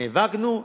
נאבקנו,